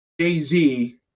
Jay-Z